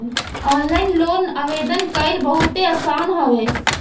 online loan आवेदन कईल बहुते आसान हवे